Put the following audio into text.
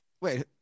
wait